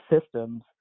systems